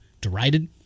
derided